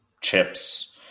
chips